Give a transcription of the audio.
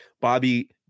Bobby